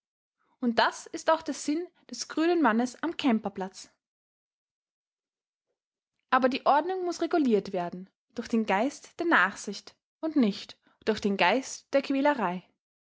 und das ist auch der sinn des grünen mannes am kemperplatz aber die ordnung muß reguliert werden durch den geist der nachsicht und nicht durch den geist der quälerei